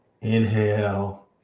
inhale